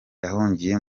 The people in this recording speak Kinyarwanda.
yahungiye